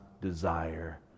desire